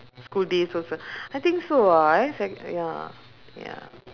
school days also I think so ah eh sec~ ya ya